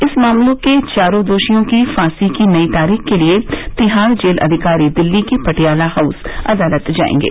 इस मामले के चारों दोषियों की फांसी की नई तारीख के लिए तिहाड़ जेल अधिकारी दिल्ली के पटियाला हाऊस अदालत जाएंगे